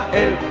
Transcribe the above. el